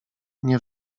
nie